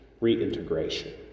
reintegration